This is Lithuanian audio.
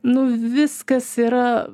nu viskas yra